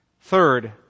Third